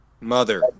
Mother